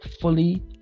fully